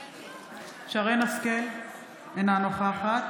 שרן מרים השכל, אינה נוכחת